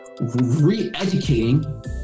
re-educating